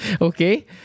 okay